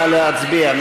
נא להצביע.